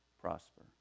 prosper